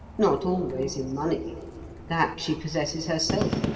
not always in money that she possesses herself,